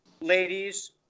ladies